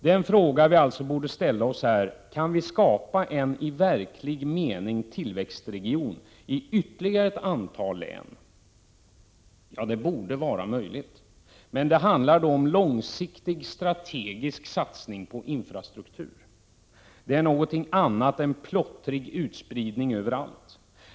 Den fråga vi alltså borde ställa oss är: Kan vi skapa en tillväxtregion i verklig mening i ytterligare ett antal län? Ja, det borde vara möjligt. Men det handlar då om långsiktig strategisk satsning på infrastruktur. Det är någonting annat än plottrig utspridning överallt.